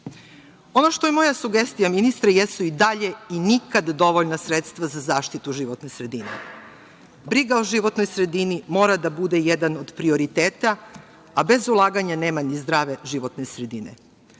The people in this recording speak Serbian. što je moja sugestija, ministre, jesu i dalje nikad dovoljna sredstva za zaštitu životne sredine. Briga o životnoj sredini mora da bude jedan od prioriteta, a bez ulaganja nema ni zdrave životne sredine.